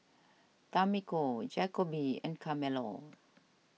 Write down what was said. Tamiko Jacoby and Carmelo